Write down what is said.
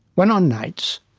when on nights,